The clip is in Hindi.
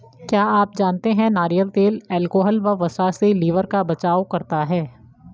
क्या आप जानते है नारियल तेल अल्कोहल व वसा से लिवर का बचाव करता है?